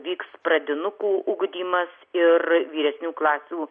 vyks pradinukų ugdymas ir vyresnių klasių